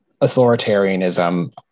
authoritarianism